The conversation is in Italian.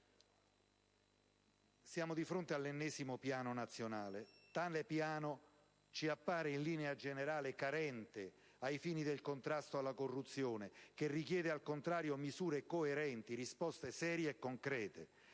Siamo di fronte all'ennesimo piano nazionale che, in linea generale, ci appare carente ai fini del contrasto alla corruzione e richiede, al contrario, misure coerenti, risposte serie e concrete.